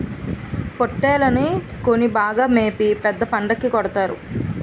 పోట్టేల్లని కొని బాగా మేపి పెద్ద పండక్కి కొడతారు